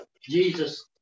Jesus